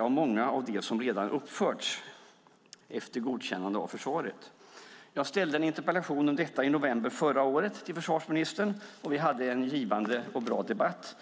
av många som redan uppförts, detta efter godkännande av försvaret. Jag ställde en interpellation till försvarsministern om det i november förra året, och vi hade en givande och bra debatt.